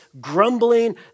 grumbling